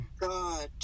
God